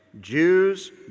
Jews